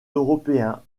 européen